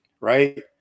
right